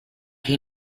che